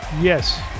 Yes